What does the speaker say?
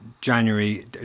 January